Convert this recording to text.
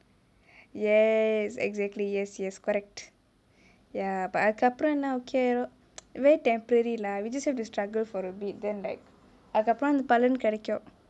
yes exactly yes yes correct ya but அதுக்கு அப்ரோ எல்லா:athuku apro ella okay ஆயிரும்:aayirum very temporary lah we just had to struggle for a bit then like அதுக்கு அப்ரோ அந்த பலன் கடைக்கும்:athuku apro antha palan kadaikum